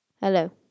Hello